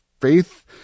faith